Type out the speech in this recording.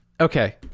Okay